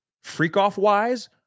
Freak-off-wise